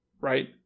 right